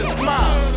smile